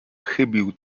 chybił